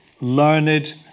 learned